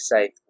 safe